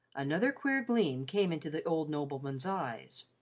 another queer gleam came into the old nobleman's eyes.